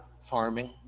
farming